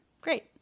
Great